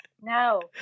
No